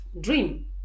dream